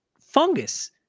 fungus